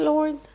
Lord